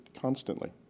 constantly